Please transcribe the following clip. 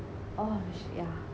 !ouch! yeah